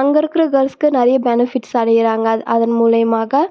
அங்கே இருக்கிற கேர்ள்ஸ்க்கு நிறைய பெனிஃபிட்ஸ் அடைகிறாங்க அத் அதன் மூலயமாக